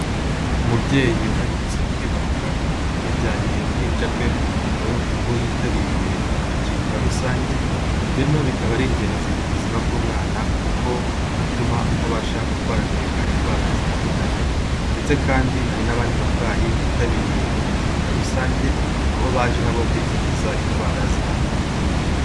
Umubyeyi uherutse kwibaruka yajyanye uruhinja rwe ku bitaro aho yitabiriye ikingira rusange bino bikaba ari ingenzi ku buzima bw'umwana kuko bituma atabasha kurwaragurika indwara zitandukanye ndetse kandi hari n'abandi barwayi bitabiriye iryo kingira rusange aho baje nabo kwikingiza indwara zitandukanye.